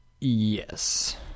Yes